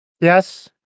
Yes